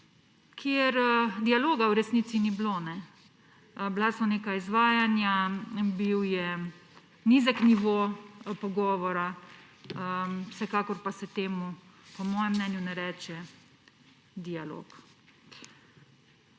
kjer dialoga v resnici ni bilo. Bila so neka izvajanja, bil je nizek nivo pogovora, vsekakor pa se temu po mojem mnenju ne reče dialog.